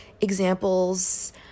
examples